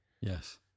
Yes